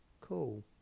cool